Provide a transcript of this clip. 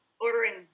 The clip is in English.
ordering